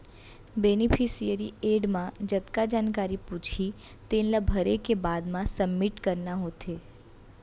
beneficiary add म जतका जानकारी पूछही तेन ला भरे के बाद म सबमिट करना होथे